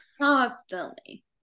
constantly